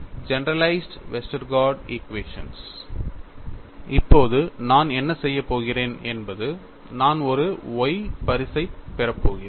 generalised Westergaard equations இப்போது நான் என்ன செய்யப் போகிறேன் என்பது நான் ஒரு Y பரிசைப் பெறப்போகிறேன்